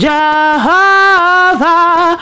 Jehovah